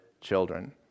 children